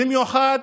במיוחד